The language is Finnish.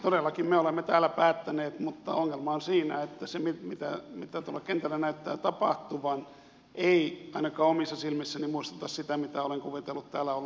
todellakin me olemme täällä päättäneet mutta ongelma on siinä että se mitä tuolla kentällä näyttää tapahtuvan ei ainakaan omissa silmissäni muistuta sitä mitä olen kuvitellut täällä olleeni päättämässä